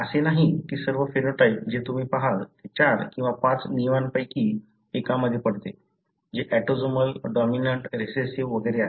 असे नाही की सर्व फेनोटाइप जे तुम्ही पहाल ते चार किंवा पाच नियमांपैकी एकामध्ये पडते जे ऑटोसोमल डॉमिनंट रिसेसिव्ह वगैरे आहेत